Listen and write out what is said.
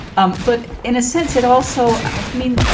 um but in a sense, it also i mean,